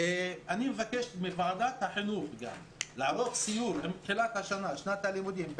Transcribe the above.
אני מבקש מוועדת החינוך לערוך סיור בתחילת שנת הלימודים,